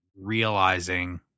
realizing